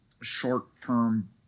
short-term